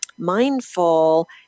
mindful